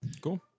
Cool